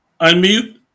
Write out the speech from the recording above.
unmute